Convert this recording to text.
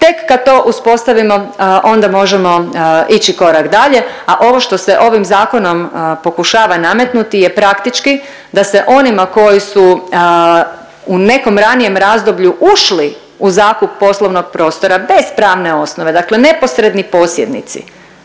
Tek kad to uspostavimo onda možemo ići korak dalje, a ovo što se ovim zakonom pokušava nametnuti je praktički da se onima koji su u nekom ranijem razdoblju ušli u zakup poslovnog prostora bez pravne osnove, dakle neposredni posjednici.